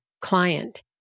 client